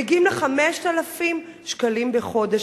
מגיעים ל-5,000 שקלים בחודש.